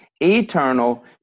eternal